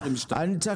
צחי,